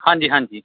ਹਾਂਜੀ ਹਾਂਜੀ